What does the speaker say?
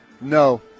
No